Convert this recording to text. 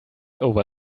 over